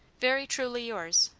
very truly yours,